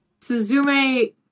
Suzume